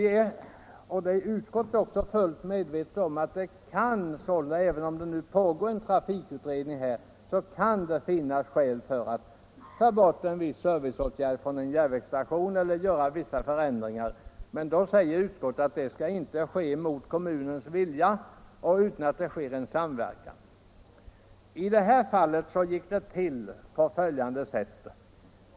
Även utskottet är fullt medvetet om att det, även om en trafikutredning pågår, kan finnas skäl för att ta bort en viss serviceåtgärd vid en järnvägsstation eller att göra vissa andra förändringar. Men utskottet anser att det inte skall ske mot kommunens vilja och utan samverkan. I det här fallet gick det till på följande sätt.